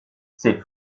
ses